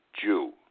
Jew